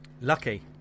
Lucky